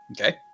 Okay